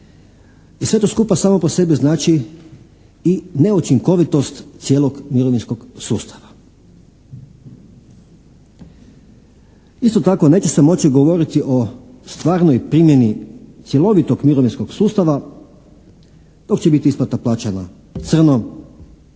Sve to skupa samo po sebi znači i neučinkovitost cijelog mirovinskog sustava. Isto tako neće se moći govoriti o stvarnoj primjeni cjelovitog mirovinskog sustava dok će biti isplata plaća na crno,